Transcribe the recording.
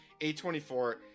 A24